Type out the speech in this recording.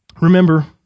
Remember